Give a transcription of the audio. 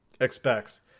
expects